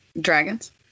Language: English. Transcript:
Dragons